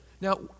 Now